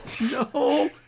No